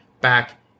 back